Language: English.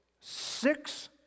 six